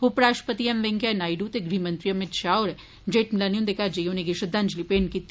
उपराष्ट्रपति एम बैणक्यां नायडू ते गृह मंत्री अमीत शाह होरें जेठमिलानी हुन्दे घर जाइए उनेंगी श्रद्धांजली मेंट कीती